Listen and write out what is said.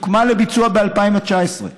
לביצוע ב-2019,